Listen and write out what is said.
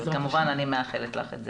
כמובן אני מאחלת לך את זה.